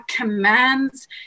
commands